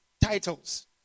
titles